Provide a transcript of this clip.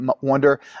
wonder